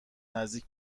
نزدیک